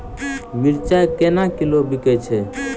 मिर्चा केना किलो बिकइ छैय?